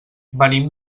venim